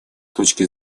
точки